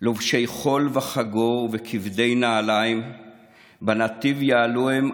// לובשי חול וחגור וכבדי נעליים / בנתיב יעלו הם,